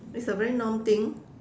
it's a very norm thing